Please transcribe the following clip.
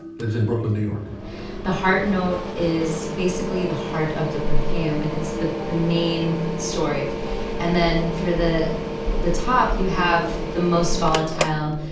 lives in brooklyn, new york the heart note is basically the heart of the perfume and it's the the main story and then for the the top, you have the most volatile,